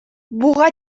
буга